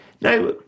Now